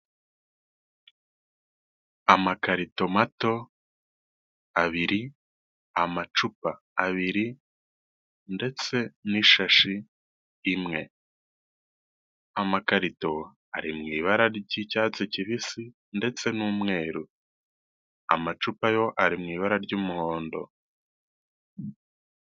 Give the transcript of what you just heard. Amakarito mato abiri, amacupa abiri ndetse n'ishashi imwe, amakarito ari mu ibara ry'icyatsi kibisi ndetse n'umweru, amacupa yo ari mu ibara ry'umuhondo.